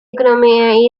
economy